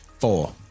Four